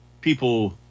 people